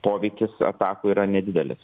poveikis atakų yra nedidelis